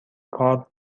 کار